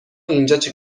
اینجا